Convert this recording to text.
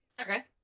Okay